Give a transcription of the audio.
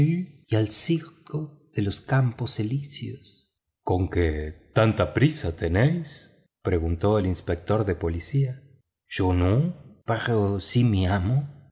circo de los campos elíseos conque tanta prisa tenéis preguntó el inspector de policía yo no pero sí mi amo